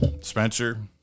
Spencer